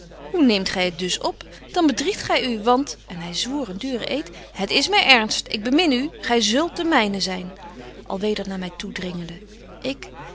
hoe neemt gy het dus op dan bedriegt gy u want en hy zwoer een duren eed het is my ernst ik bemin u gy zult de myne zyn al weder naar my toe dringende ik